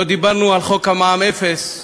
לא דיברנו על חוק מע"מ אפס,